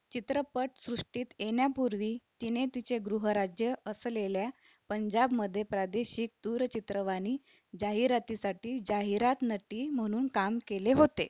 चित्रपटसृष्टीत येण्यापूर्वी तिने तिचे गृहराज्य असलेल्या पंजाबमध्ये प्रादेशिक दूरचित्रवाणी जाहिरातीसाठी जाहिरात नटी म्हणून काम केले होते